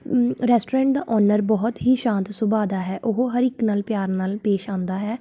restaurant ਦਾ owner ਬਹੁਤ ਹੀ ਸ਼ਾਂਤ ਸੁਭਾਅ ਦਾ ਹੈ ਉਹ ਹਰ ਇੱਕ ਨਾਲ ਪਿਆਰ ਨਾਲ ਪੇਸ਼ ਆਉਂਦਾ ਹੈ